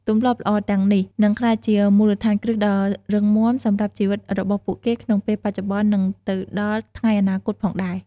ទម្លាប់ល្អ ទាំងនេះនឹងក្លាយជាមូលដ្ឋានគ្រឹះដ៏រឹងមាំសម្រាប់ជីវិតរបស់ពួកគេក្នុងពេលបច្ចុប្បន្ននឹងទៅដល់ថ្ងៃអនាគតផងដែរ ។